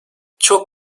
çok